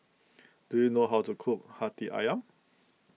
do you know how to cook Hati Ayam